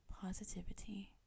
Positivity